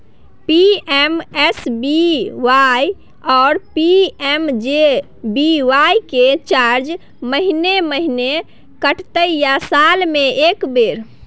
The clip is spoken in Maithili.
पी.एम.एस.बी.वाई आरो पी.एम.जे.बी.वाई के चार्ज महीने महीना कटते या साल म एक बेर?